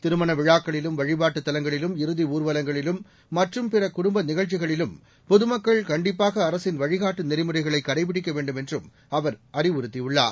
திருமண விழாக்களிலும் வழிபாட்டு தலங்களிலும் இறுதி ஊர்வலங்களிலும் மற்றும் பிற குடும்ப நிகழ்ச்சிகளிலும் பொதுமக்கள் கண்டிப்பாக அரசின் வழிகாட்டு நெறிமுறைகளை கடைபிடிக்க வேண்டும் என்றும் அவர் அறிவுறுத்தியுள்ளார்